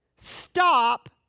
Stop